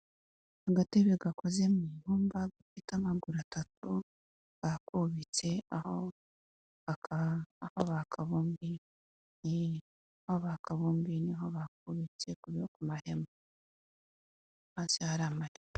Agatebe gakozwe mu ibumba gafite amaguru atatu bakubitse, aho bakabumbiye niho bakubitse ku mahema hasi hari amarido.